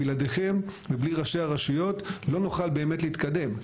בלעדיכם ובלי ראשי הרשויות לא נוכל באמת להתקדם.